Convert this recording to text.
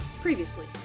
Previously